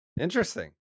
Interesting